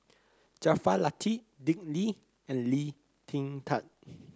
Jaafar Latiff Dick Lee and Lee Kin Tat